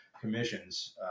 commissions